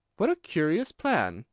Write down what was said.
what a curious plan!